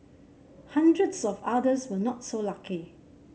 hundreds of others were not so lucky